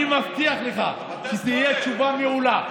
אני מבטיח לך שתהיה תשובה מעולה.